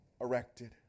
erected